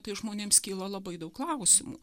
tai žmonėms kyla labai daug klausimų